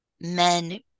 Men